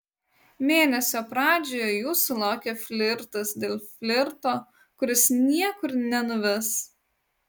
mėnesio pradžioje jūsų laukia flirtas dėl flirto kuris niekur nenuves